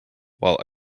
while